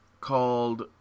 called